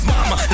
Mama